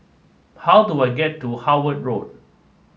how do I get to Howard Road